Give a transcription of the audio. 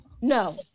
No